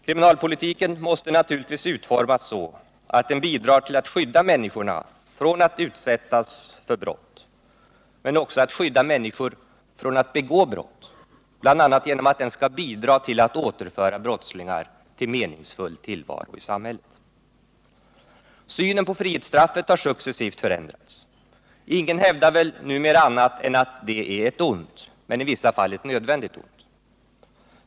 Kriminalpolitiken måste naturligtvis utformas så att den bidrar till att skydda människorna från att utsättas för brott, men också till att skydda människor från att begå brott, bl.a. genom att den skall medverka till att återföra brottslingar till en meningsfull tillvaro i samhället. Synen på frihetsstraffet har successivt förändrats. Ingen hävdar väl numera annat än att detta är ett ont, men i vissa fall ett nödvändigt ont.